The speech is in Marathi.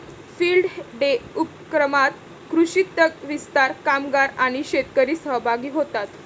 फील्ड डे उपक्रमात कृषी तज्ञ, विस्तार कामगार आणि शेतकरी सहभागी होतात